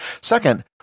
Second